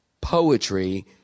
poetry